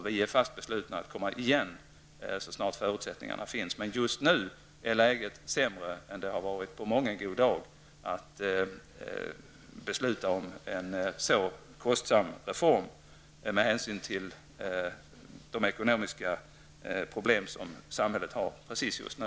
Vi är fast beslutna att komma igen så snart förutsättningarna finns. Men just nu är läget sämre än det varit på mången god dag att besluta om en så kostsam reform med hänsyn till de ekonomiska problem som samhället har just nu.